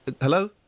Hello